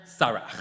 sarach